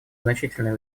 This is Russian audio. значительные